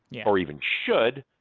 yeah or even should,